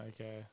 Okay